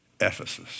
Ephesus